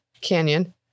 Canyon